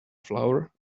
flour